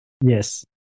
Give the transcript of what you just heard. yes